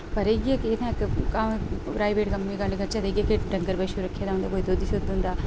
पर इ'यै इक जित्थै इक कम्म प्राइवेट कम्में दी गल्ल करचै तां इ'यै कि डंगर बच्छू रक्खे दे उं'दे कोई दुद्ध शुद्ध होंदा